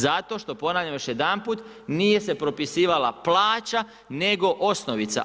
Zato što ponavljam još jedanput, nije se propisivala plaća nego osnovica.